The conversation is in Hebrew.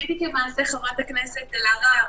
עשיתי כמעשה חברת הכנסת אלהרר.